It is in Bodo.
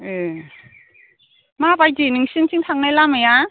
ए माबायदि नोंसोरनिथिं थांनाय लामाया